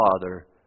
Father